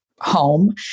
home